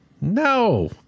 No